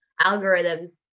algorithms